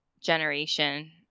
generation